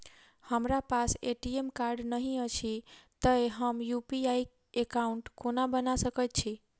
हमरा पास ATM card नहि अछि तए हम यु.पी.आई एकॉउन्ट कोना बना सकैत छी